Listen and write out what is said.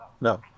No